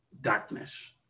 Darkness